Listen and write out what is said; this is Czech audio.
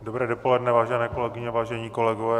Dobré dopoledne, vážené kolegyně, vážení kolegové.